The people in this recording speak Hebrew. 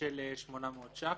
של 800 ש"ח.